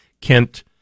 Kent